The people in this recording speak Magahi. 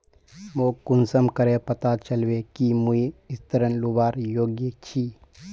मोक कुंसम करे पता चलबे कि मुई ऋण लुबार योग्य छी?